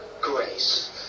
grace